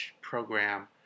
program